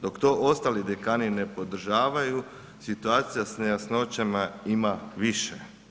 Dok to ostali dekani ne podržavaju, situacija sa nejasnoćama ima više.